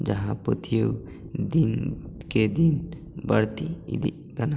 ᱡᱟᱦᱟᱸ ᱯᱟᱹᱛᱭᱟᱹᱣ ᱫᱤᱱ ᱠᱮ ᱫᱤᱱ ᱵᱟᱹᱲᱛᱤ ᱤᱫᱤᱜ ᱠᱟᱱᱟ